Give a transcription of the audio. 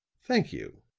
thank you,